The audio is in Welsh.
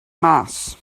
mas